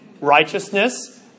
righteousness